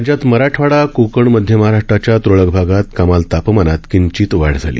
राज्यात मराठवाडा कोकण मध्य महाराष्ट्रच्या त्रळक भागात कमाल तापमानात किंचित वाढ झाली